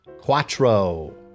Quattro